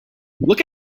look